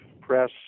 press